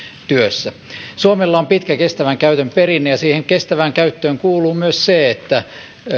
työssä suomella on pitkä kestävän käytön perinne ja siihen kestävään käyttöön kuuluu myös se että